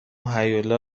هیولا